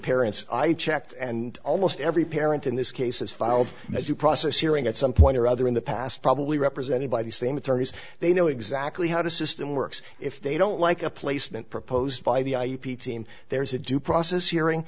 parents i checked and almost every parent in this case has filed as you process hearing at some point or other in the past probably represented by the same attorneys they know exactly how the system works if they don't like a placement proposed by the ip team there's a due process hearing